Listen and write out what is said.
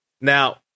Now